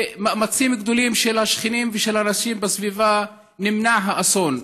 במאמצים גדולים של השכנים ושל אנשים בסביבה נמנע האסון.